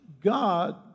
God